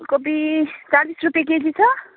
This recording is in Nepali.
फुलकोपी चालिस रुपियाँ केजी छ